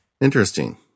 Interesting